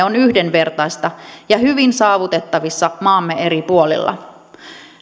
on yhdenvertaista ja hyvin saavutettavissa maamme eri puolilla